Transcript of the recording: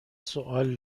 سوال